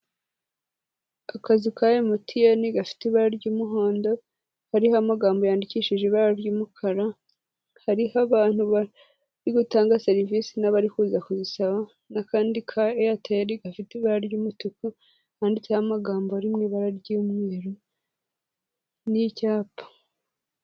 Akazu ka MTN gafite ibara ry'umuhondo kariho amagambo yandikishije ibara ry'umukara, kariho abantu bari gutanga serivisi n'abari kuza kuzisabak, n'akandi ka Airtel gafite ibara ry'umutuku handitseho amagambo ari mu ibara ry'umweru n'icyapa.